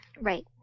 Right